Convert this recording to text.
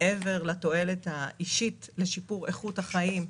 מעבר לתועלת האישית של שיפור איכות החיים,